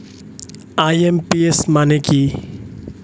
IMPS মানে কি?